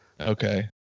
Okay